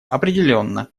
определенно